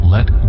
Let